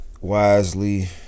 Wisely